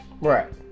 right